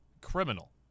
Criminal